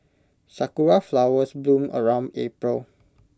Sakura Flowers bloom around April